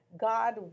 God